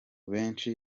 benshi